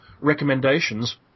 recommendations